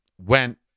went